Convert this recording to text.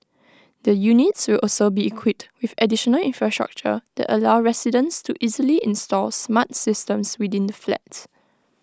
the units will also be equipped with additional infrastructure that allow residents to easily install smart systems within the flats